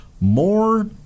more